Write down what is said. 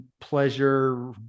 pleasure